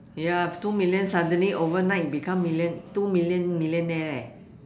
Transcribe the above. you have two million suddenly overnight become million two million millionaire leh